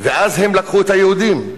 ואז הם לקחו את היהודים,